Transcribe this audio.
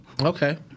okay